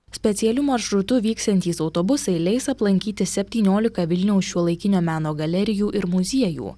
specialiu maršrutu vyksiantys autobusai leis aplankyti septyniolika vilniaus šiuolaikinio meno galerijų ir muziejų